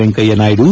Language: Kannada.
ವೆಂಕಯ್ಯನಾಯ್ದು